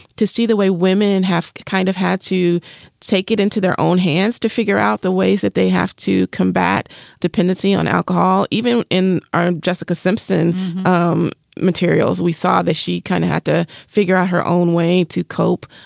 to see the way women have kind of had to take it into their own hands to figure out the ways that they have to combat dependency on alcohol. even in our jessica simpson um materials, we saw this. she kind of had to figure out her own way to cope.